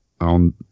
on